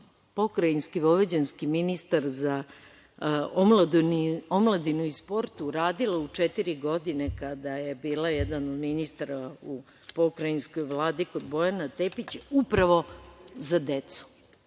pokrajinski vojvođanski ministar za omladinu i sport uradila u četiri godine, kada je bila jedan od ministara u pokrajinskoj Vladi kod Bojana, upravo za decu,